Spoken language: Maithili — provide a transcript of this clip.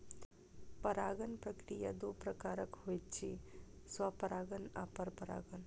परागण प्रक्रिया दू प्रकारक होइत अछि, स्वपरागण आ परपरागण